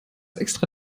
extra